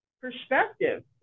perspective